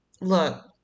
look